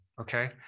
okay